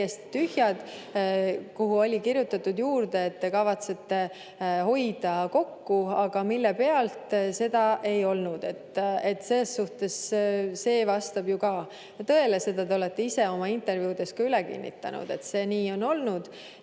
täiesti tühjad: oli kirjutatud, et te kavatsete hoida kokku, aga mille pealt, seda ei olnud. Selles suhtes see vastab ju ka tõele, seda te olete ise oma intervjuudes ka üle kinnitanud, et see nii on olnud.